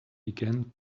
began